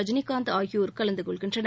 ரஜினிகாந்த் ஆகியோர் கலந்து கொள்கின்றனர்